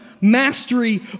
mastery